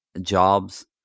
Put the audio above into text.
Jobs